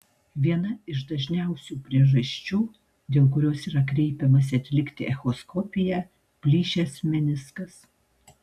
viena iš dažniausių priežasčių dėl kurios yra kreipiamasi atlikti echoskopiją plyšęs meniskas